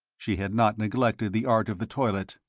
she had not neglected the art of the toilette.